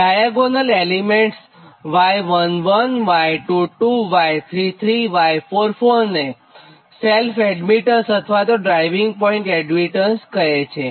diagonal elements Y11 Y22 Y33 Y44 ને self admittance અથવા driving point admittance કહે છે